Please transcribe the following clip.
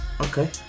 Okay